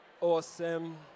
Awesome